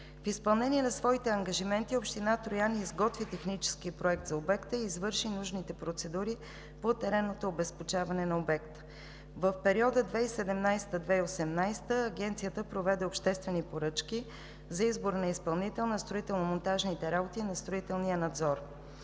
В изпълнение на своите ангажименти община Троян изготви технически проект за обекта и извърши нужните процедури по теренното обезпечаване на обекта. В периода 2017 – 2018 г. Агенцията проведе обществени поръчки за избор на изпълнител на строително-монтажните работи на строителния надзор.